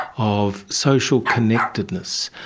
of social connectedness,